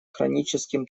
хроническим